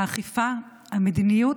האכיפה, המדיניות,